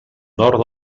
nord